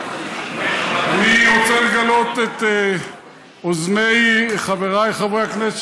אני רוצה לגלות את אוזני חבריי חברי הכנסת